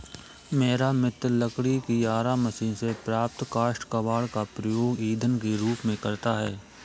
मेरा मित्र लकड़ी की आरा मशीन से प्राप्त काष्ठ कबाड़ का उपयोग ईंधन के रूप में करता है